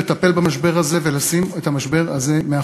לטפל במשבר הזה ולשים אותו מאחורינו.